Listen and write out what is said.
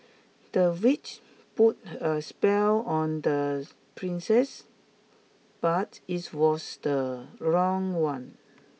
the witch put a spell on the princess but it was the wrong one